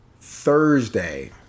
Thursday